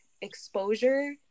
exposure